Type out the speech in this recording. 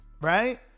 Right